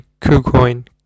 kucoin